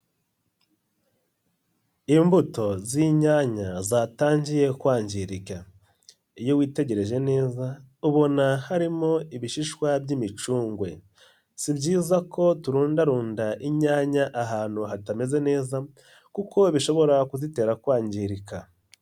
Imbuto z'inyanya zatangiye kwangirika, iyo witegereje neza ubona harimo ibishishwa by'imicungwe. Si byiza ko turundarunda inyanya ahantu hatameze neza kuko bishobora kuzitera kwangirika.